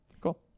Cool